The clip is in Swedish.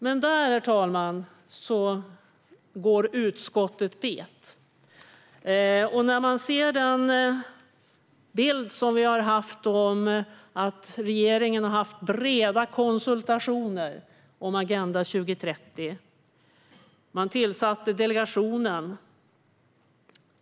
Men där går utskottet bet, herr talman. Vi har haft en bild av att regeringen har haft breda konsultationer om Agenda 2030. Man tillsatte delegationen.